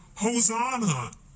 Hosanna